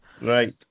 Right